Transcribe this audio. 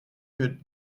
que